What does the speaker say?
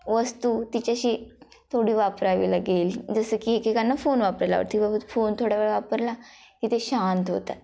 वस्तू तिच्याशी थोडी वापरावी लागेल जसं की एकेकांना फोन वापरायला आवडते की बाब फोन थोडा वेळ वापरला की ते शांत होतात